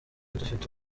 dufite